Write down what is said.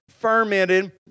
fermented